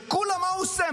שכולה מה הוא עושה?